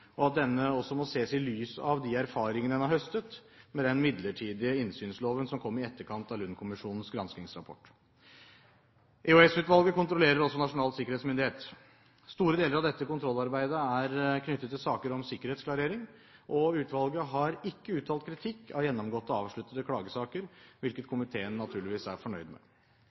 og at denne også må ses i lys av de erfaringene en har høstet med den midlertidige innsynsloven som kom i etterkant av Lund-kommisjonens granskingsrapport. EOS-utvalget kontrollerer også Nasjonal sikkerhetsmyndighet. Store deler av dette kontrollarbeidet er knyttet til saker om sikkerhetsklarering, og utvalget har ikke uttalt kritikk av gjennomgåtte avsluttede klagesaker, hvilket komiteen naturligvis er fornøyd med.